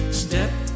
step